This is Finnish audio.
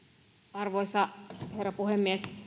arvoisa herra puhemies